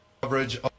Coverage